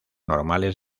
normales